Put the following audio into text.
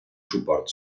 suport